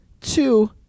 two